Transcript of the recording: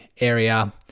area